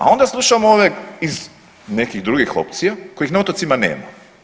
A onda slušamo ove iz nekih drugih opcija kojih na otocima nema.